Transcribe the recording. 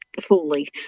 fully